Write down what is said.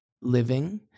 living